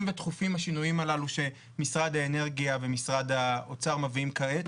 ודחופים השינויים הללו שמשרד האנרגיה ומשרד האוצר מביאים כעת,